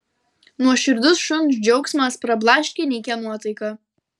nuoširdus šuns džiaugsmas prablaškė nykią nuotaiką